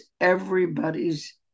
everybody's